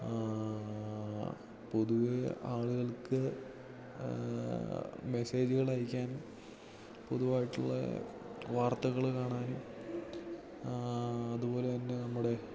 പൊതുവേ ആളുകൾക്ക് മെസ്സേജുകൾ അയക്കാനും പൊതുവായിട്ടുള്ള വാർത്തകൾ കാണാനും അതുപോലെതന്നെ നമ്മുടെ